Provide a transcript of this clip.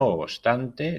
obstante